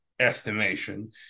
estimation